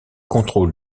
contrôle